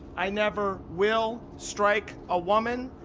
i never will strike a woman.